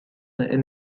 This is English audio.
and